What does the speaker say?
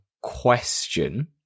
question